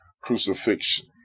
crucifixion